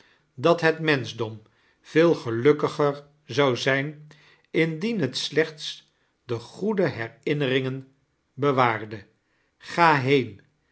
dat het menschdom veel gelukkiger zou zijn indien het slechts de goede herinneringen bewaarde ga heen